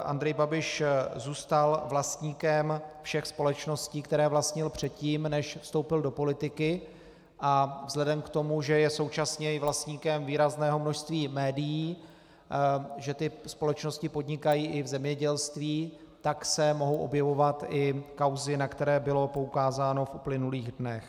Andrej Babiš zůstal vlastníkem všech společností, které vlastnil předtím, než vstoupil do politiky, a vzhledem k tomu, že je současně i vlastníkem výrazného množství médií, že ty společnosti podnikají i v zemědělství, tak se mohou objevovat i kauzy, na které bylo poukázáno v uplynulých dnech.